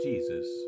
Jesus